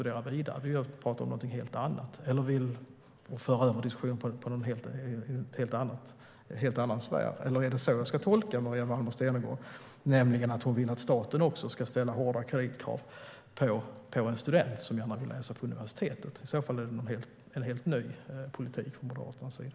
Det är att prata om något helt annat, föra över diskussionen på en helt annan sfär. Eller ska jag tolka Maria Malmer Stenergard så att hon vill att staten ska ställa hårda kreditkrav på en student som gärna vill läsa på universitetet? I så fall är det en helt ny politik från Moderaternas sida.